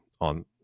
on –